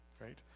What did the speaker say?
right